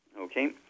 okay